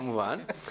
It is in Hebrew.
כמובן,